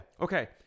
Okay